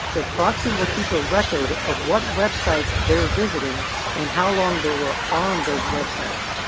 the proxy will keep a record of what websites they're visiting and how long they were on those websites.